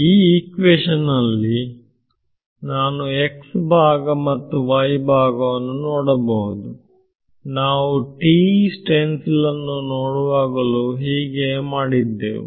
ಈ ಈಕ್ವೇಶನ್ ನಲ್ಲಿ ನಾನು X ಭಾಗ ಮತ್ತು Y ಭಾಗವನ್ನು ನೋಡಬಹುದು ನಾವು TE ಸ್ಟೆನ್ಸಿಲ್ ಅನ್ನು ನೋಡುವಾಗಲೂ ಹೀಗೆ ಮಾಡಿದ್ದೆವು